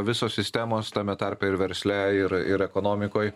visos sistemos tame tarpe ir versle ir ir ekonomikoj